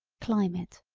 climate,